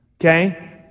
Okay